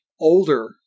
older